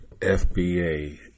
FBA